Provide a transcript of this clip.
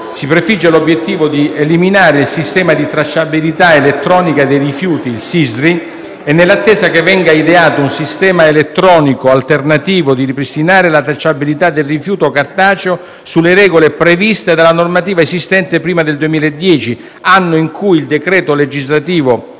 si prefigge l'obiettivo di eliminare il Sistema di tracciabilità elettronica dei rifiuti (Sistri) e, nell'attesa che venga ideato un sistema elettronico alternativo, di ripristinare la tracciabilità del rifiuto cartaceo sulle regole previste dalla normativa esistente prima del 2010, anno in cui il decreto legislativo